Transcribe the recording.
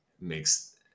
makes